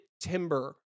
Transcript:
timber